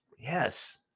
Yes